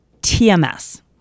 TMS